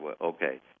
okay